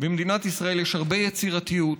במדינת ישראל יש הרבה יצירתיות,